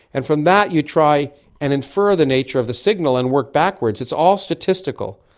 and from that you try and infer the nature of the signal and work backwards. it's all statistical.